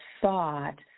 thought